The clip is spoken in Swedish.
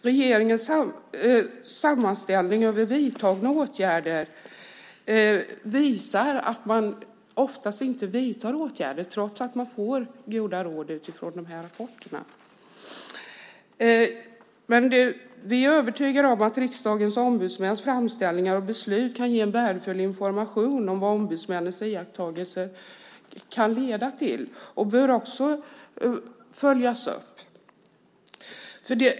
Regeringens sammanställning över vidtagna åtgärder visar att man oftast inte vidtar åtgärder trots att man får goda råd utifrån rapporterna. Vi är övertygade om att riksdagens ombudsmäns framställningar och beslut kan ge värdefull information om vad ombudsmännens iakttagelser kan leda till. De bör också följas upp.